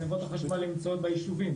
גניבות החשמל נמצאות ביישובים,